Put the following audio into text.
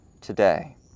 today